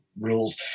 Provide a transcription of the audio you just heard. rules